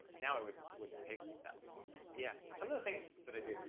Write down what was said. now it would, wouldn't take that long. yeah. some of the things that i do.